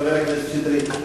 חבר הכנסת שטרית,